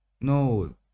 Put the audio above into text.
no